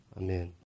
amen